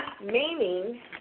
meaning